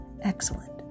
Excellent